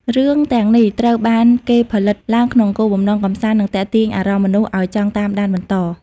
រឿងទាំងនេះត្រូវបានគេផលិតឡើងក្នុងគោលបំណងកម្សាន្តនិងទាក់ទាញអារម្មណ៍មនុស្សឲ្យចង់តាមដានបន្ត។